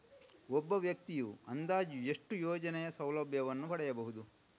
ಒಬ್ಬ ವ್ಯಕ್ತಿಯು ಅಂದಾಜು ಎಷ್ಟು ಯೋಜನೆಯ ಸೌಲಭ್ಯವನ್ನು ಪಡೆಯಬಹುದು?